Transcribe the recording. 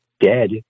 dead